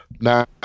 Now